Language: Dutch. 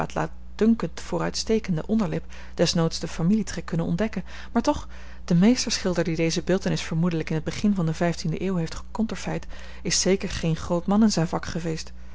laatdunkend vooruitstekende onderlip desnoods den familietrek kunnen ontdekken maar toch de meester schilder die deze beeltenis vermoedelijk in t begin van de vijftiende eeuw heeft geconterfeit is zeker geen groot man in zijn vak geweest